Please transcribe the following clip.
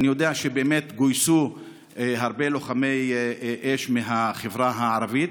אני יודע שגויסו הרבה לוחמי אש מהחברה הערבית,